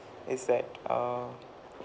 is that err